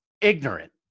ignorant